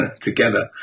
together